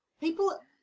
People